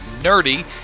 nerdy